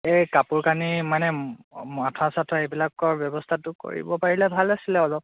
এই কাপোৰ কানি মানে আঁঠুৱা চাঁঠুৱা এইবিলাকৰ ব্যৱস্থাটো কৰিব পাৰিলে ভাল আছিলে অলপ